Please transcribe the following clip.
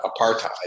apartheid